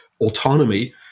autonomy